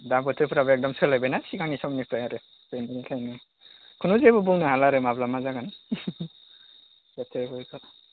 दा बोथोरफ्राबो एकदम सोलायबायना सिगांनि समनिफ्राय आरो बेनिखायनो खुनु जेबो बुंनो हाला आरो माब्ला मा जागोन बोथोरफोरखौ